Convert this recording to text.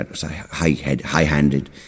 high-handed